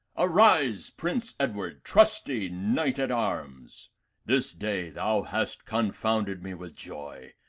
arise, prince edward, trusty knight at arms this day thou hast confounded me with joy,